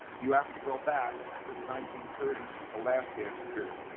you have to go back to the nineteen thirty s as the last yeah period.